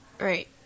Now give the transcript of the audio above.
Right